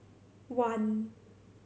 one